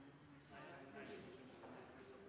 ser jeg